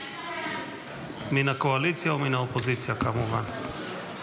מן הקואליציה או מן האופוזיציה, כמובן.